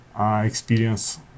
experience